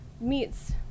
meets